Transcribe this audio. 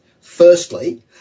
Firstly